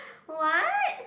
what